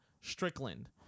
Strickland